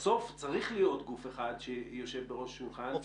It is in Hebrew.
בסוף צריך להיות גוף אחד שיושב בראש השולחן,